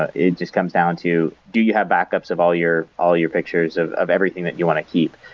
ah it just comes down to, do you have backups of all your all your pictures of of everything that you want to keep?